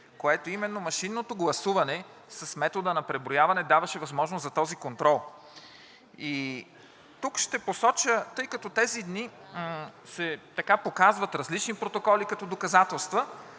което именно машинното гласуване, с метода на преброяване, даваше възможност за този контрол. И тук ще посоча, тъй като тези дни се показват различни протоколи като доказателства,